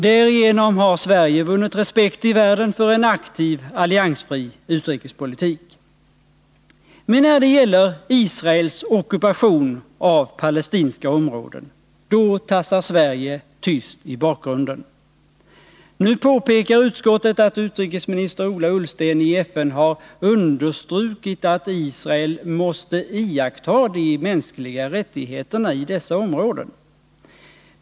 Därigenom har Sverige vunnit respekt i världen för en aktiv, alliansfri utrikespolitik. Men när det gäller Israels ockupation av palestinska områden, då tassar Sverige tyst i bakgrunden. Nu påpekar utskottet att utrikesminister Ola Ullsten i FN har understrukit ”att Israel måste iaktta de mänskliga rättigheterna i dessa områden”.